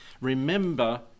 Remember